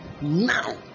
now